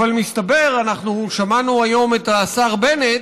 אבל מסתבר, ושמענו היום את השר בנט,